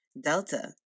Delta